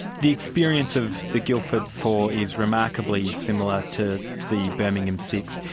the experience of the guildford four is remarkably similar to the birmingham six.